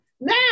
Now